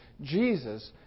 Jesus